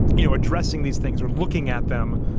you know, addressing these things were looking at them,